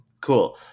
Cool